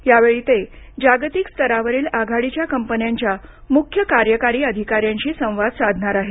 यावेळी ते जागतिक स्तरावरील आघाडीच्या कंपन्यांच्या मुख्य कार्यकारी अधिकाऱ्यांशी संवाद साधणार आहेत